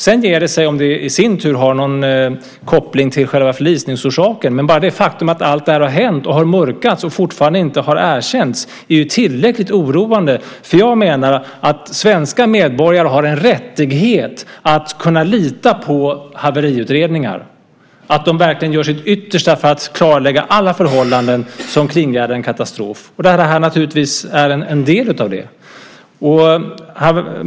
Sedan ger det sig om det i sin tur har någon koppling till själva förlisningsorsaken, men bara det faktum att allt det här har hänt och har mörkats och fortfarande inte har erkänts är tillräckligt oroande. Jag menar att svenska medborgare har rätt att kunna lita på att haveriutredningar verkligen gör sitt yttersta för att klarlägga alla förhållanden som kringgärdar en katastrof, och det här är naturligtvis en del av det.